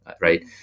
right